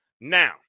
Now